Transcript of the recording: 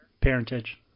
parentage